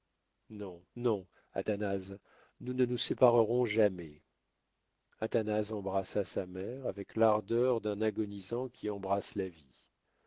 non non athanase nous ne nous séparerons jamais athanase embrassa sa mère avec l'ardeur d'un agonisant qui embrasse la vie